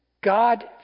God